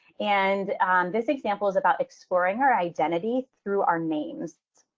and this example is about exploring her identity through our names.